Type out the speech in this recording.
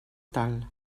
tal